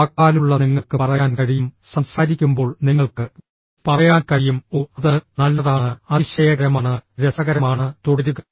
വാക്കാലുള്ള നിങ്ങൾക്ക് പറയാൻ കഴിയും സംസാരിക്കുമ്പോൾ നിങ്ങൾക്ക് പറയാൻ കഴിയും ഓ അത് നല്ലതാണ് അതിശയകരമാണ് രസകരമാണ് തുടരുക